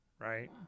Right